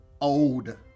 old